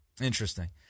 Interesting